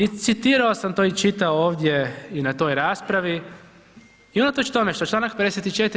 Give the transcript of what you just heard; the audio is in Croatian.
I citirao sam to i čitao ovdje i na toj raspravi i unatoč tome što čl. 54.